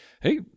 hey